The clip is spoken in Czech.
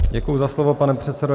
Děkuji za slovo, pane předsedo.